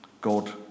God